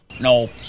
No